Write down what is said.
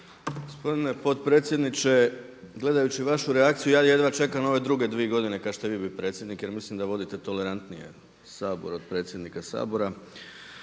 Gospodine potpredsjedniče gledajući vašu reakciju ja jedva čekam ove druge dvije godine kad ćete vi biti predsjednik. Jer mislim da vodite tolerantnije Sabor od predsjednika Sabora.